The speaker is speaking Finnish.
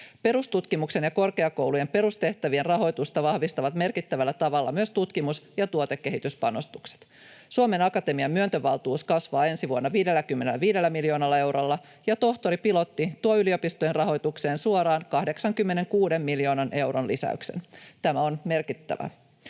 Perustutkimuksen ja korkeakoulujen perustehtävien rahoitusta vahvistavat merkittävällä tavalla myös tutkimus- ja tuotekehityspanostukset. Suomen Akatemian myöntövaltuus kasvaa ensi vuonna 55 miljoonalla eurolla, ja tohtoripilotti tuo yliopistojen rahoitukseen suoraan 86 miljoonan euron lisäyksen. Tämä on merkittävää.